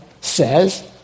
says